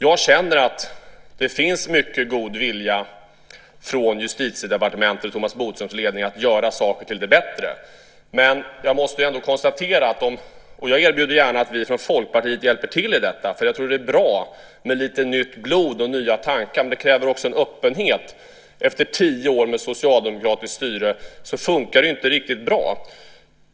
Jag känner att det finns mycket god vilja från Justitiedepartementet under Thomas Bodströms ledning att göra saker till det bättre. Men jag måste ändå konstatera att det också kräver en öppenhet. Jag erbjuder gärna hjälp från oss i Folkpartiet, för jag tror att det är bra med lite nytt blod och nya tankar. Efter tio år med socialdemokratiskt styre funkar det inte riktigt bra.